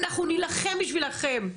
אנחנו נילחם בשבילכן,